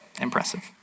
impressive